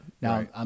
Now